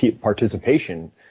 participation